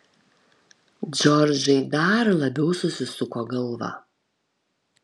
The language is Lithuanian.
džordžai dar labiau susisuko galva